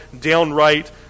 downright